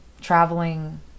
traveling